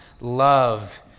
love